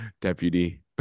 deputy